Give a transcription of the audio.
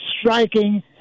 striking